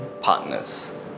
partners